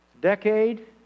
decade